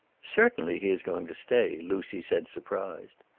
certainly he is going to stay, lucy said, surprised.